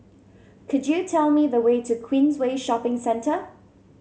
could you tell me the way to Queensway Shopping Centre